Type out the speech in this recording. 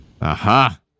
Aha